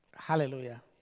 Hallelujah